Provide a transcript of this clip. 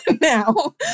now